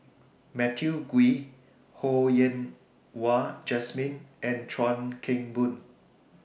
Matthew Ngui Ho Yen Wah Jesmine and Chuan Keng Boon